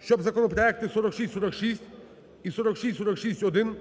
щоб законопроекти 4646 і 4646-1 були